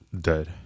dead